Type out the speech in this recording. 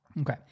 Okay